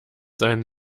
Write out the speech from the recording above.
seinen